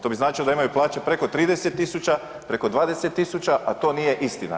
To bi značilo da imaju plaće preko 30.000, preko 20.000, a to nije istina.